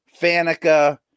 Fanica